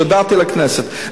כשבאתי לכנסת.